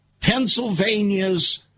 Pennsylvania's